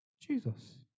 Jesus